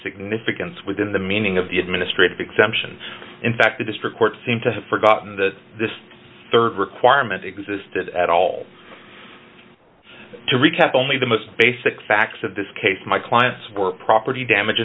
significance within the meaning of the administrative exemption in fact the district court seem to have forgotten that this rd requirement existed at all to recap only the most basic facts of this case my clients were property damage